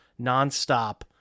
nonstop